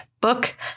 book